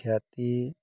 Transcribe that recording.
ଖ୍ୟାତି